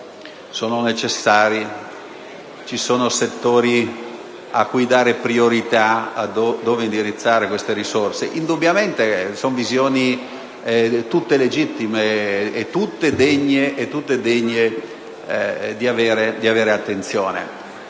Ci sono settori a cui dare priorità, cui indirizzare queste risorse? Indubbiamente si tratta di visioni tutte legittime e tutte degne di ricevere attenzione.